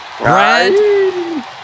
right